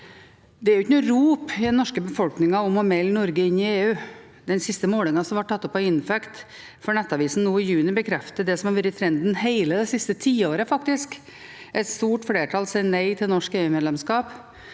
Det er ikke noe rop i den norske befolkningen om å melde Norge inn i EU. Den siste målingen, som ble gjort av InFact for Nettavisen nå i juni, bekrefter det som har vært trenden, faktisk hele det siste tiåret: Et stort flertall sier nei til norsk EU-medlemskap